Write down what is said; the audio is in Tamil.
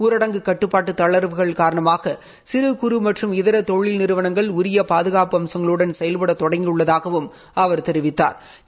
ஊரடங்கு கட்டுப்பாட்டு தளர்வுகள் காரணமாக சிறு குறு மற்றும் இதர தொழில் நிறுவனங்கள் உரிய பாதுகாப்பு அம்சங்களுடன் செயல்ட தொடங்கியுள்ளதாகவும் அவா் தெரிவித்தாா்